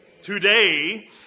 Today